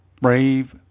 brave